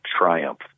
triumph